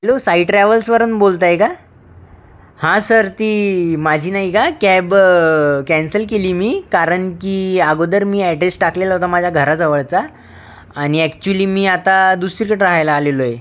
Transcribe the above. hello Sai ट्रॅवल्सवरून बोलताय का हा सर ती माझी नाही का कॅब कॅन्सल केली मी कारण की अगोदर मी ॲड्रेस टाकलेला होता माझ्या घराजवळचा आणि ॲक्चुअल्ली मी आता दुसरीकडे राहायला आलेलो आहे